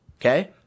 Okay